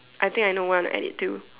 I think I know where I want to add it to